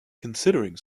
considering